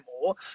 more